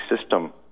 system